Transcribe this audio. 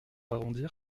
arrondir